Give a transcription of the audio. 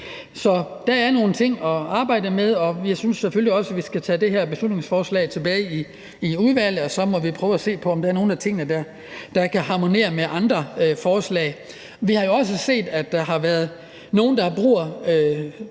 Så der er nogle ting at arbejde med, og jeg synes selvfølgelig også, vi skal tage det her beslutningsforslag tilbage i udvalget, og så må vi prøve at se på, om der er nogle af tingene, der kan harmonere med andre forslag. Vi har jo også set, at der har været nogle, der bruger